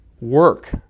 work